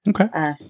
Okay